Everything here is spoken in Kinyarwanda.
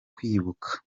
kwibuka